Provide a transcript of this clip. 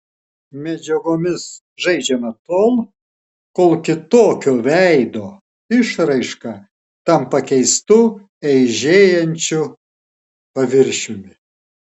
medžiagomis žaidžiama tol kol kitokio veido išraiška tampa keistu eižėjančiu paviršiumi